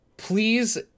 Please